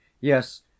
Yes